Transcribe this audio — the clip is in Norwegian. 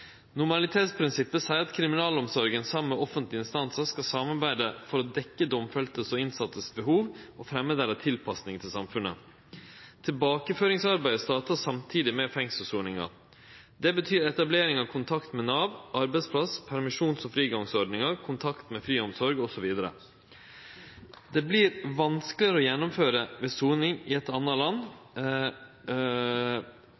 Normalitetsprinsippet seier at kriminalomsorga, saman med offentlege instansar, skal samarbeide for å dekkje behovet til dei domfelte og innsette og fremje deira tilpassing til samfunnet. Tilbakeføringsarbeidet startar samtidig med fengselssoninga. Det betyr etablering av kontakt med Nav og arbeidsplassen, etablering av permisjons- og frigangsordningar og kontakt med friomsorga osv. Det vert vanskelegare å gjennomføre soning i eit anna land,